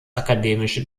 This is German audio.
akademische